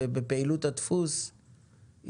בפעילות הדפוס,